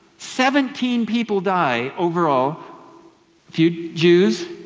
seventeen people died overall. a few jews,